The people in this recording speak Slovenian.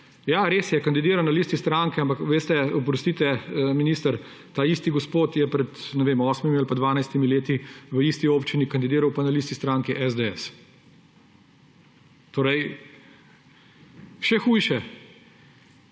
»Ja, res je, kandidira na listi stranke, ampak veste, oprostite, minister, ta isti gospod je pred osmimi ali pa dvanajstimi leti v isti občini kandidiral pa na listi stranke SDS.« Torej, še hujše.